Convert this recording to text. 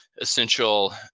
essential